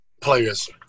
players